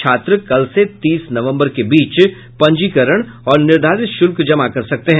छात्र कल से तीस नवम्बर के बीच पंजीकरण और निर्धारित शुल्क जमा कर सकते हैं